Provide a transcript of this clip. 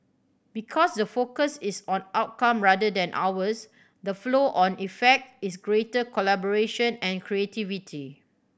because the focus is on outcome rather than hours the flow on effect is greater collaboration and creativity